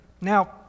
Now